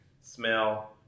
smell